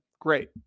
Great